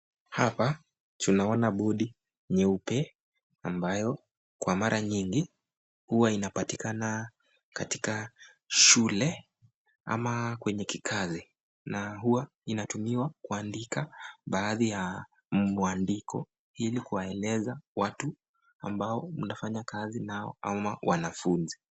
Hapa tunaona bodi nyeupe ambayo kwa mara nyingi huwa inapatikana katika shule ama kwenye kikazi na huwa inatumiwa kuandika baadhi ya mwandiko ili kuwaeleza watu ambao mnafanyakazi nao ama wanafunzi.